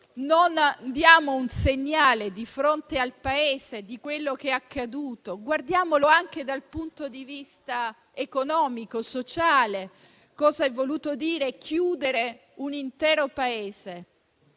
non diamo un segnale di fronte al Paese di quello che è accaduto? Guardiamolo anche dal punto di vista economico e sociale e pensiamo a cosa ha voluto dire chiudere un intero Paese.